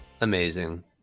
amazing